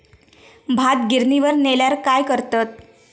भात गिर्निवर नेल्यार काय करतत?